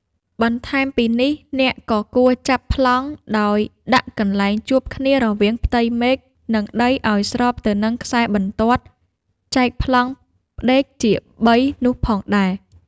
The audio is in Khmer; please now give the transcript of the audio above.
បន្ថែមពីនេះ អ្នកក៏គួរចាប់ប្លង់ ដោយដាក់កន្លែងជួបគ្នារវាងផ្ទៃមេឃ និងដីឱ្យស្របទៅនឹងខ្សែបន្ទាត់ចែកប្លង់ផ្ដេកជាបីនោះផងដែរ។